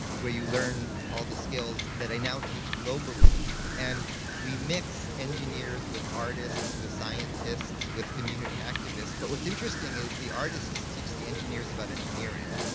where you learn all the skills that i now teach globally, and we mix engineers with artists, with scientists, with community activists. but what's interesting is the artists teach the engineers about engineering,